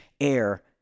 air